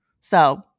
So-